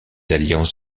alliances